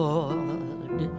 Lord